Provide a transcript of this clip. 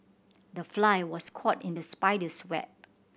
the fly was caught in the spider's web